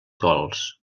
gols